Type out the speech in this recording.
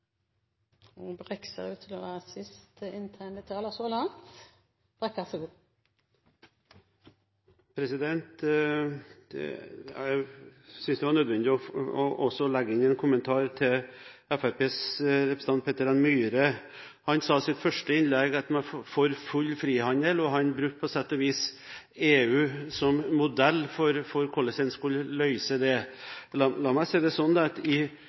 Jeg synes det var nødvendig å legge inn en kommentar til Fremskrittspartiets representant Peter N. Myhre. Han sa i sitt første innlegg at han er for full frihandel, og han brukte på sett og vis EU som modell for hvordan en skulle løse det. La meg si det